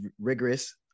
rigorous